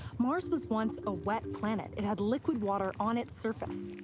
mars was once a wet planet. it had liquid water on its surface.